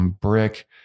brick